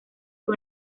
que